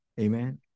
Amen